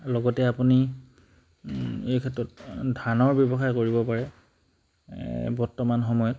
লগতে আপুনি এই ক্ষেত্ৰত ধানৰ ব্যৱসায় কৰিব পাৰে এ বৰ্তমান সময়ত